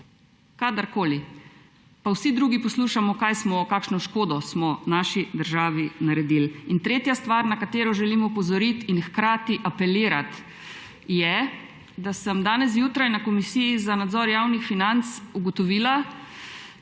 Kadarkoli. Pa vsi drugi poslušamo, kakšno škodo smo naši državi naredili. Tretja stvar, na katero želim opozoriti in hkrati apelirati, je, da sem danes zjutraj na Komisiji za nadzor javnih financ slišala